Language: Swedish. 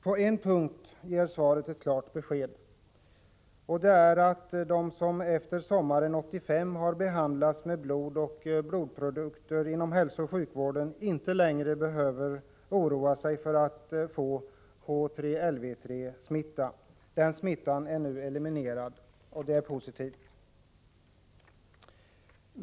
På en punkt ger svaret ett klart besked, nämligen att de som efter sommaren 1985 behandlas med blod och blodprodukter inom hälsooch sjukvården inte längre behöver oroa sig för att få HTLV-III-smitta. Den smittan är nu eliminerad, och det är positivt.